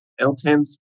L10s